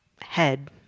Head